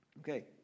Okay